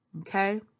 Okay